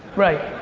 right.